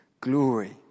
glory